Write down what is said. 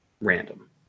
random